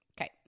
Okay